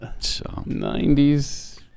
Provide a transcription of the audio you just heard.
90s